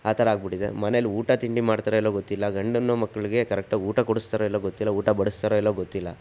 ಆ ಥರ ಆಗ್ಬಿಟ್ಟಿದೆ ಮನೆಯಲ್ಲಿ ಊಟ ತಿಂಡಿ ಮಾಡ್ತಾರೋ ಇಲ್ವೋ ಗೊತ್ತಿಲ್ಲ ಗಂಡ ಮಕ್ಕಳಿಗೆ ಕರೆಕ್ಟಾಗಿ ಊಟ ಕೊಡಿಸ್ತಾರೋ ಇಲ್ವೋ ಗೊತ್ತಿಲ್ಲ ಊಟ ಬಡಿಸ್ತಾರೋ ಇಲ್ವೋ ಗೊತ್ತಿಲ್ಲ